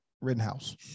Rittenhouse